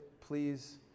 Please